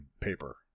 paper